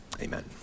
amen